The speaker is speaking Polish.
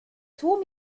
tłum